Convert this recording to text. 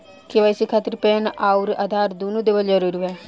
KYC खातिर PAN आउर आधार दुनों देवल जरूरी बा?